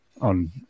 on